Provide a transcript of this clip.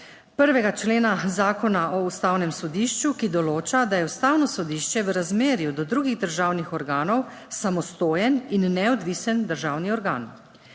1. člena Zakona o ustavnem sodišču, ki določa, da je Ustavno sodišče v razmerju do drugih državnih organov samostojen in neodvisen državni organ.